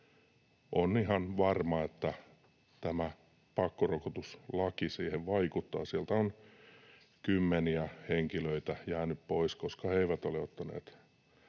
on ihan varma, että tämä pakkorokotuslaki siihen vaikuttaa. Sieltä on kymmeniä henkilöitä jäänyt pois, koska he eivät ole ottaneet